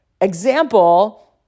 example